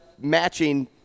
matching